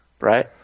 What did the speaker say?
right